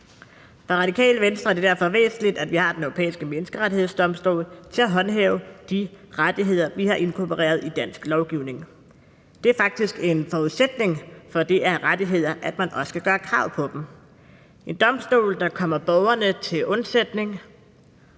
For Radikale Venstre er det derfor væsentligt, at vi har Den Europæiske Menneskerettighedsdomstol til at håndhæve de rettigheder, vi har inkorporeret i dansk lovgivning. Det er faktisk en forudsætning for de her rettigheder, at man også kan gøre krav på dem; en domstol, der kommer borgerne til undsætning,